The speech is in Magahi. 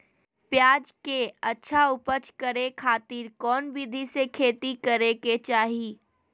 प्याज के अच्छा उपज करे खातिर कौन विधि से खेती करे के चाही?